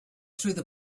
through